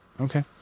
okay